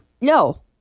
No